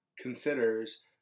considers